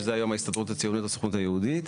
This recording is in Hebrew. שזה היום ההסתדרות הציונית והסוכנות היהודית,